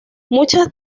muchas